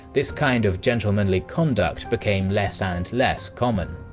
this kind of gentlemanly conduct became less and less common.